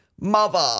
mother